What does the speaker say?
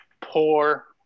Poor